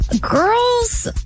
Girls